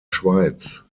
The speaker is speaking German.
schweiz